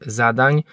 zadań